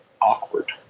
awkward